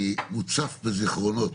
אני מוצף בזיכרונות,